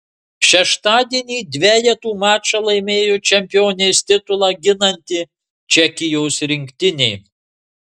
šeštadienį dvejetų mačą laimėjo čempionės titulą ginanti čekijos rinktinė